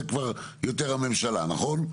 זה כבר יותר הממשלה נכון?